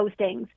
postings